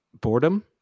Boredom